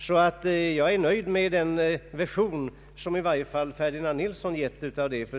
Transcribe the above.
Jag är därför nöjd med den version som herr Ferdinand Nilsson har gett.